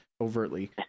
overtly